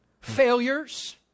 Failures